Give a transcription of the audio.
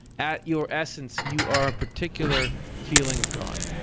at your essence you are a particular feeling of god.